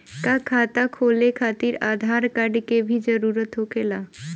का खाता खोले खातिर आधार कार्ड के भी जरूरत होखेला?